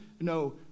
no